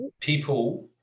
People